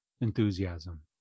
enthusiasm